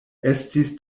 estis